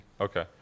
Okay